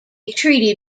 treaty